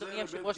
אדוני היושב ראש,